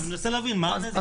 אני מנסה להבין, מה הנזק?